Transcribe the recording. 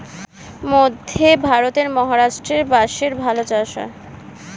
মধ্যে ভারতের মহারাষ্ট্রে বাঁশের ভালো চাষ হয়